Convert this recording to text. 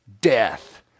death